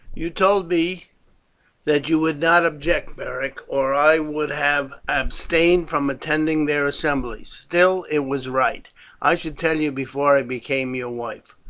you told me that you would not object, beric, or i would have abstained from attending their assemblies. still, it was right i should tell you before i became your wife.